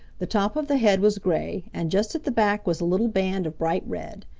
the top of the head was gray and just at the back was a little band of bright red.